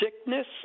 sickness